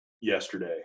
yesterday